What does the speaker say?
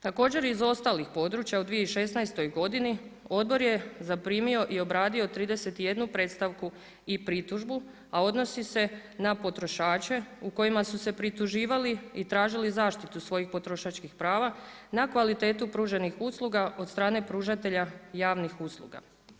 Također iz ostalih područja u 2016. godini Odbor je zaprimio i obradio 31 predstavku i pritužbu a odnosi se na potrošače u kojima su se prituživali i tražili zaštitu svojih potrošačkih prava na kvalitetu pruženih usluga od strane pružatelja javnih usluga.